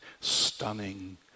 stunning